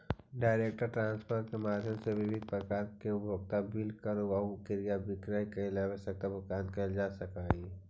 direct transfer के माध्यम से विभिन्न प्रकार के उपभोक्ता बिल कर आउ क्रय विक्रय लगी आवश्यक भुगतान कैल जा सकऽ हइ